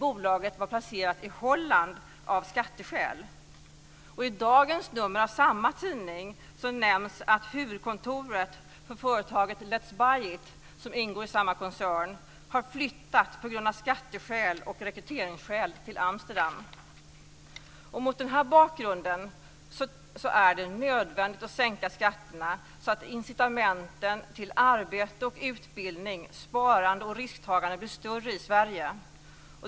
dagens nummer av samma tidning nämns att huvudkontoret för företaget Letsbuyit, som ingår i samma koncern, har flyttat på grund av skatteskäl och rekryteringsskäl till Amsterdam. Mot den bakgrunden är det nödvändigt att sänka skatterna så att incitamenten till arbete och utbildning, sparande och risktagande blir större i Sverige.